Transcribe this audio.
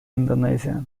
индонезия